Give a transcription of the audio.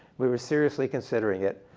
we were seriously considering it.